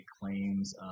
claims